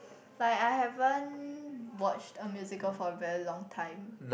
like I haven't watched a musical for a long time